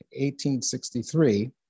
1863